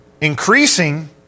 increasing